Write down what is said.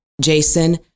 Jason